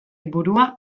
burua